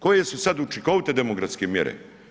Koje su sada učinkovite demografske mjere?